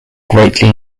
greatly